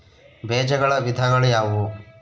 ಬೇಜಗಳ ವಿಧಗಳು ಯಾವುವು?